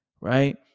right